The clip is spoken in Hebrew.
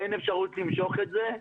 אין אפשרות למשוך את זה,